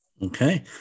Okay